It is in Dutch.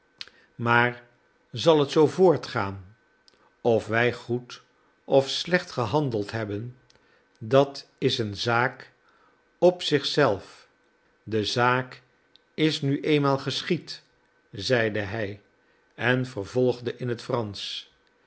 maar zal het zoo voortgaan of wij goed of slecht gehandeld hebben dat is een zaak op zich zelf de zaak is nu eenmaal geschied zeide hij en vervolgde in het fransch